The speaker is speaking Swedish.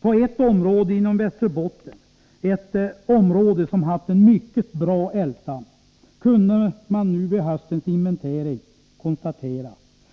På ett område i Västerbotten — ett område som haft en mycket bra älgstam — kunde man nu vid höstens inventering konstatera